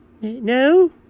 No